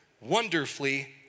wonderfully